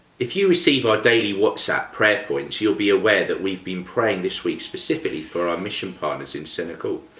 if you receive our daily whatsapp prayer points, you'll be aware that we've been praying this week specifically for our mission partners in senegal.